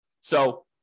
So-